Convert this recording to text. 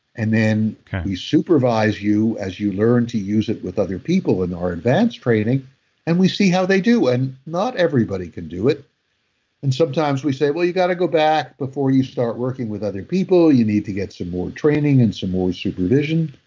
and then we supervise you as you learn to use it with other people in our advanced training and we see how they do. and not everybody can do it and sometimes we say, well, you got to back before you start working with other people. you need to get some more training and some more supervision.